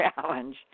challenge